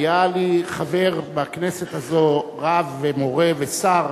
היה לי חבר בכנסת הזאת, רב ומורה ושר,